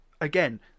again